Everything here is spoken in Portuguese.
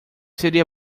seria